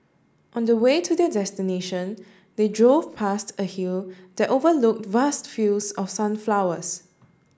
on the way to their destination they drove past a hill that overlooked vast fields of sunflowers